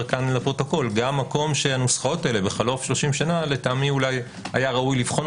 זה המקום שהנוסחאות האלה בחלוף שלושים שנה לטעמי היה נכון לבחון